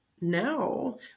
now